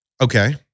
Okay